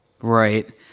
right